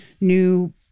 new